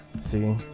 See